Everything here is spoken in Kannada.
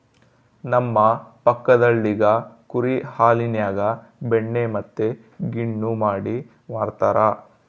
ನಮ್ಮ ಪಕ್ಕದಳ್ಳಿಗ ಕುರಿ ಹಾಲಿನ್ಯಾಗ ಬೆಣ್ಣೆ ಮತ್ತೆ ಗಿಣ್ಣು ಮಾಡಿ ಮಾರ್ತರಾ